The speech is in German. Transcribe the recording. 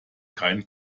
keinen